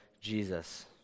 Jesus